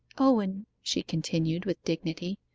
owen, she continued, with dignity,